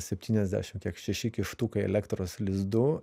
septyniasdešim kiek šeši kištukai elektros lizdų